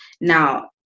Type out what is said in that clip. Now